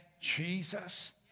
Jesus